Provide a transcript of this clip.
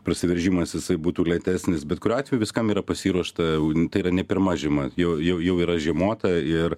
prasiveržimas jisai būtų lėtesnis bet kuriuo atveju viskam yra pasiruošta tai yra ne pirma žiema jau jau jau yra žiemota ir